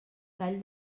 tall